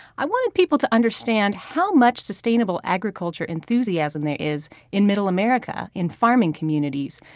i wanted people to understand how much sustainable agriculture enthusiasm there is in middle america in farming communities.